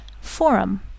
forum